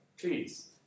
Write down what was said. please